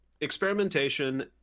experimentation